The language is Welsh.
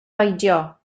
beidio